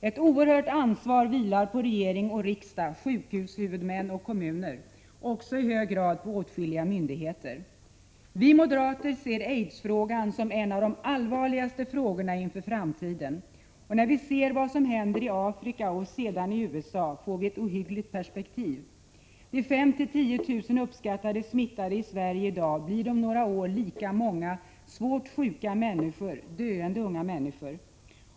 Ett oerhört ansvar vilar på regering och riksdag, sjukvårdshuvudmän och kommuner, och i hög grad på åtskilliga myndigheter. Vi moderater ser aidsfrågan som en av de allvarligaste frågorna inför framtiden. När vi ser vad som händer i Afrika och sedan USA får vi ett ohyggligt perspektiv. De uppskattningsvis 5 000-10 000 smittade i Sverige i dag blir om några år lika många svårt sjuka, döende unga människor.